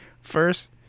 first